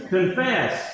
Confess